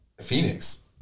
Phoenix